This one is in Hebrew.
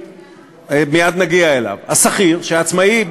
האחד הוא עובד שכיר והשני הוא עצמאי,